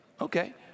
Okay